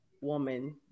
woman